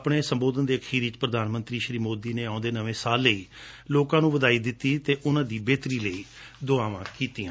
ਆਪਣੇ ਸੰਬੋਧਨ ਦੇ ਅਖੀਰ ਵਿਚ ਪ੍ਰਧਾਨ ਮੰਤਰੀ ਸ੍ਰੀ ਮੋਦੀ ਨੇ ਆਉਦੇ ਨਵੇ ਸਾਲ ਲਈ ਲੋਕਾਂ ਨੂੰ ਵਧਾਈ ਦਿੱਤੀ ਅਤੇ ਉਨੂਾਂ ਦੀ ਬੇਹਤਰੀ ਲਈ ਦੁਆਵਾਂ ਕੀਤੀਆਂ